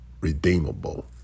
redeemable